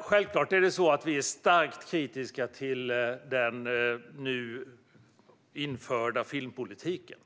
Självklart är vi starkt kritiska till den nu införda filmpolitiken.